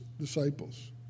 disciples